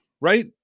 right